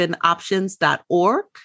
options.org